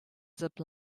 zip